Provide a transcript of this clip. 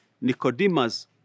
Nicodemus